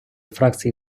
фракції